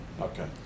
Okay